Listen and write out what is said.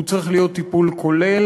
הוא צריך להיות טיפול כולל.